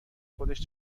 خودش